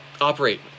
operate